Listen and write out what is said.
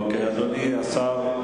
אדוני השר,